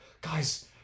guys